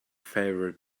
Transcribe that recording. favorite